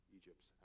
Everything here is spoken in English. Egypt's